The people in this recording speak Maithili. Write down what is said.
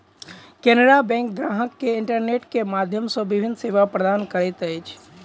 केनरा बैंक ग्राहक के इंटरनेट के माध्यम सॅ विभिन्न सेवा प्रदान करैत अछि